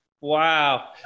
Wow